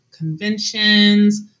conventions